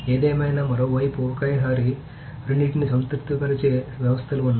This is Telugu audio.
ఏదేమైనా మరోవైపు ఒకేసారి రెండింటిని సంతృప్తిపరిచే వ్యవస్థలు ఉన్నాయి